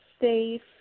safe